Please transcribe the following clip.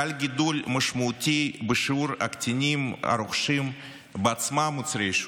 חל גידול משמעותי בשיעור הקטינים הרוכשים בעצמם מוצרי עישון,